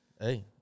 Hey